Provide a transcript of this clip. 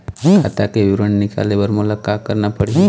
खाता के विवरण निकाले बर मोला का करना पड़ही?